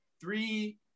three